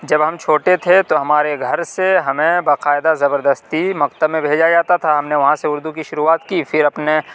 جب ہم چھوٹے تھے تو ہمارے گھر سے ہمیں باقاعدہ زبردستی مکتب میں بھیجا جاتا تھا ہم نے وہاں سے اردو کی شروعات کی پھر اپنے